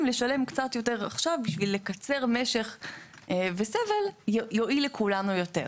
נשלם קצת יותר עכשיו בשביל לקצר משך וסבל זה יועיל לכולנו יותר.